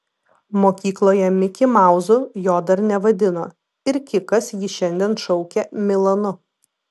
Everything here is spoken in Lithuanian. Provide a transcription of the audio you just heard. mokykloje mikimauzu jo dar nevadino ir kikas jį šiandien šaukė milanu